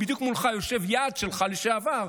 בדיוק מולך יושב יעד שלך לשעבר,